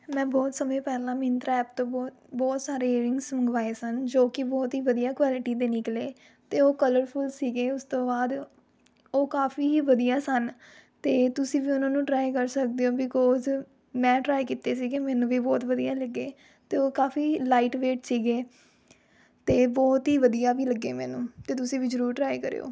ਮੈਂ ਬਹੁਤ ਸਮੇਂ ਪਹਿਲਾਂ ਮਿੰਨਤਰਾ ਐਪ ਤੋਂ ਬਹੁਤ ਬਹੁਤ ਸਾਰੇ ਈਅਰਿੰਗਜ਼ ਮੰਗਵਾਏ ਸਨ ਜੋ ਕਿ ਬਹੁਤ ਹੀ ਵਧੀਆ ਕੁਆਲਟੀ ਦੇ ਨਿਕਲੇ ਅਤੇ ਉਹ ਕਲਰਫੁੱਲ ਸੀਗੇ ਉਸ ਤੋਂ ਬਆਦ ਉਹ ਕਾਫੀ ਹੀ ਵਧੀਆ ਸਨ ਅਤੇ ਤੁਸੀਂ ਵੀ ਉਹਨਾਂ ਨੂੰ ਟਰਾਏ ਕਰ ਸਕਦੇ ਹੋ ਬੀਕੋਜ਼ ਮੈਂ ਟਰਾਏ ਕੀਤੇ ਸੀਗੇ ਮੈਨੂੰ ਵੀ ਬਹੁਤ ਵਧੀਆ ਲੱਗੇ ਅਤੇ ਉਹ ਕਾਫ਼ੀ ਲਾਈਟਵੈਟ ਸੀਗੇ ਅਤੇ ਬਹੁਤ ਹੀ ਵਧੀਆ ਵੀ ਲੱਗੇ ਮੈਨੂੰ ਅਤੇ ਤੁਸੀਂ ਵੀ ਜ਼ਰੂਰ ਟਰਾਈ ਕਰਿਓ